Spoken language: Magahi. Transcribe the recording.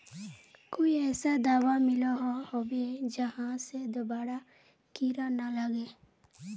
कोई ऐसा दाबा मिलोहो होबे जहा से दोबारा कीड़ा ना लागे?